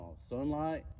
sunlight